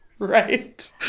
Right